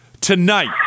tonight